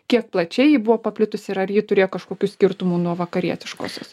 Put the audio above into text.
kiek plačiai ji buvo paplitusi ir ar ji turėjo kažkokių skirtumų nuo vakarietiškosios